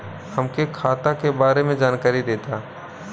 हमके खाता के बारे में जानकारी देदा?